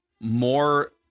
more